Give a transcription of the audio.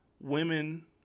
women